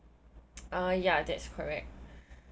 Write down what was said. uh ya that's correct